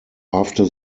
after